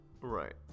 Right